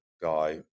guy